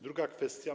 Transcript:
Druga kwestia.